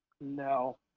No